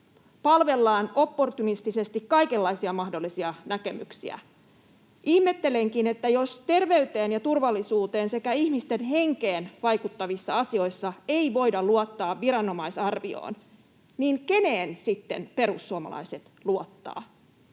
palvellaan opportunistisesti kaikenlaisia mahdollisia näkemyksiä. Ihmettelenkin, että jos terveyteen ja turvallisuuteen sekä ihmisten henkeen vaikuttavissa asioissa ei voida luottaa viranomaisarvioon, niin keneen sitten perussuomalaiset luottavat.